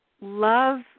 love